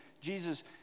Jesus